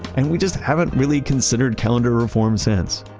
and we just haven't really considered calendar reform since.